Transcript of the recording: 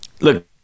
Look